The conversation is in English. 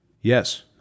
yes